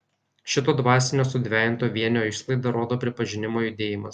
šito dvasinio sudvejinto vienio išsklaidą rodo pripažinimo judėjimas